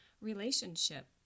relationship